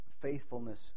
faithfulness